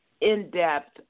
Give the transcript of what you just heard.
in-depth